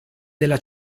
della